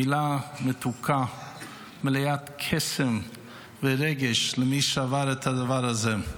מילה מתוקה, מלאת קסם ורגש למי שעבר את הדבר הזה.